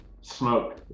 smoke